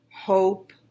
hope